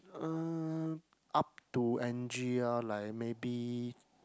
uh up to Angie lah like maybe